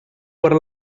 per